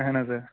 اَہَن حظ إں